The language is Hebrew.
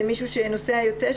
זה מישהו שנוסע יוצא,